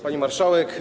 Pani Marszałek!